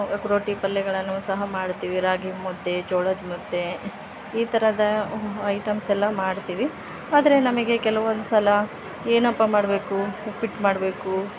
ರೊಟ್ಟಿ ಪಲ್ಲೆಗಳನ್ನೂ ಸಹ ಮಾಡ್ತೀವಿ ರಾಗಿಮುದ್ದೆ ಜೋಳದ ಮುದ್ದೆ ಈ ಥರದ ಐಟೆಮ್ಸ್ ಎಲ್ಲ ಮಾಡ್ತೀವಿ ಆದರೆ ನಮಗೆ ಕೆಲವೊಂದು ಸಲ ಏನಪ್ಪ ಮಾಡಬೇಕೂ ಉಪ್ಪಿಟ್ಟು ಮಾಡಬೇಕೂ